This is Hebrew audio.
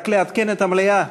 רק לעדכן את המליאה,